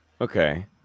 okay